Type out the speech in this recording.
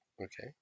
Okay